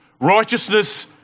Righteousness